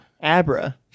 Abra